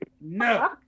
No